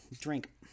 Drink